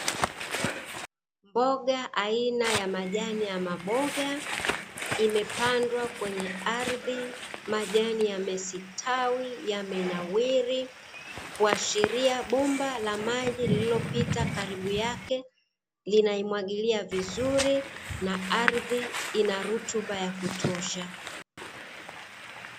Mboga aina ya majani ya maboga imepandwa kwenye ardhi, majani yamestawi, yame inawiri. Kuashiria bomba la maji lililopita karibu yake, linaimwagilia vizuri na ardhi ina rutuba ya kutosha.